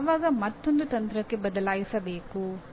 ನಾನು ಯಾವಾಗ ಮತ್ತೊಂದು ತಂತ್ರಕ್ಕೆ ಬದಲಾಯಿಸಬೇಕು